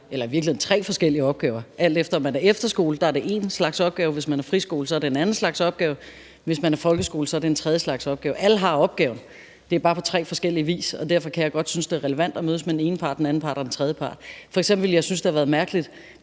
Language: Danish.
fuldstændig forskellige opgaver. Hvis man er efterskole, er det én slags opgave, hvis man er friskole, er det en anden slags opgave, og hvis man er folkeskole, er det en tredje slags opgave. Alle har opgaven; det er bare på tre forskellige vis, og derfor kan jeg godt synes, det er relevant at mødes med den ene part, den anden part og den tredje part. For eksempel synes jeg, det havde været mærkeligt